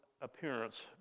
appearance